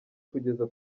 kugeza